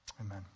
Amen